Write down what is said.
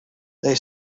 they